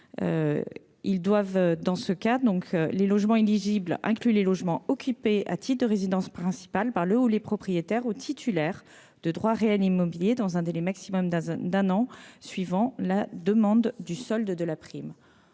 de leur activité. Les logements éligibles incluent ceux qui sont occupés à titre de résidence principale par le ou les propriétaires ou titulaires de droits réels immobiliers dans un délai maximum d'un an suivant la demande du solde de la prime.